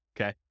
okay